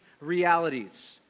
realities